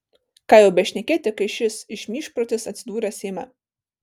ką jau bešnekėti kai šis išmyžprotis atsidūrė seime